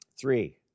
Three